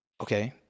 okay